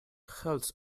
health